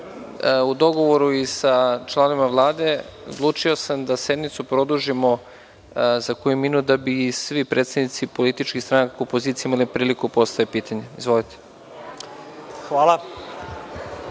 dogovoru sa članovima Vlade odlučio sam da sednicu produžimo za koji minut da bi svi predstavnici političkih stranaka u opoziciji imali priliku da postave pitanje. Izvolite.